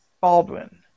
Baldwin